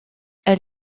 elle